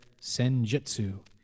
Senjutsu